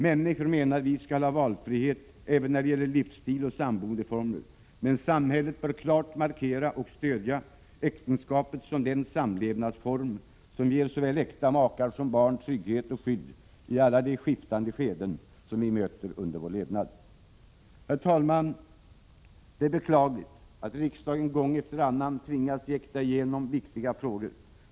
Människor skall ha valfrihet även när det gäller livsstil och samboendeformer, men samhället bör klart markera — och stödja — äktenskapet som den samlevnadsform som ger såväl äkta makar som barn trygghet och skydd i alla de skiftande skeden som vi möter under vår levnad. Herr talman! Det är beklagligt att riksdagen gång efter annan tvingas jäkta igenom viktiga frågor.